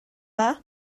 dda